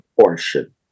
portion